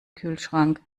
kühlschrank